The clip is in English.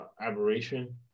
aberration